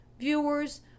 viewers